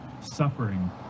suffering